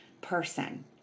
person